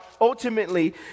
ultimately